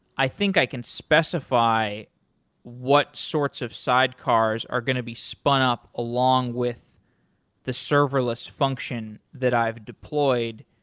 i think i can specify what sorts of sidecars are going to be spun up along with the serverless function that i've deployed.